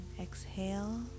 Exhale